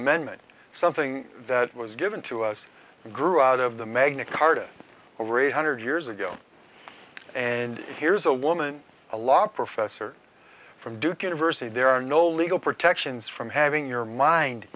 amendment something that was given to us and grew out of the magna carta over a hundred years ago and here's a woman a law professor from duke university there are no legal protections from having your mind